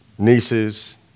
nieces